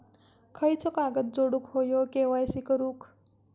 खयचो कागद जोडुक होयो के.वाय.सी करूक?